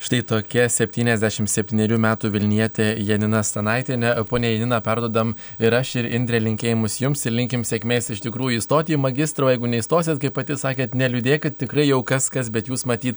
štai tokia septyniasdešim septynerių metų vilnietė janina stanaitiene ponia janina perduodam ir aš ir indrė linkėjimus jums ir linkim sėkmės iš tikrųjų įstoti į magistrą o jeigu neįstosit kaip pati sakėt neliūdėkit tikrai jau kas kas bet jūs matyt